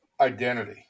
identity